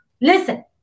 Listen